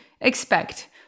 expect